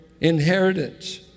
inheritance